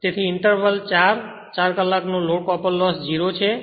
તેથી ઈંટરવલ ચાર 4 કલાક નો લોડ કોપર લોસ 0 છે